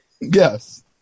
Yes